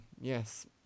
Yes